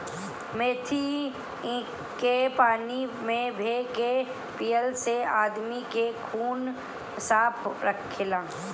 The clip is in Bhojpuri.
मेथी के पानी में भे के पियला से आदमी के खून साफ़ रहेला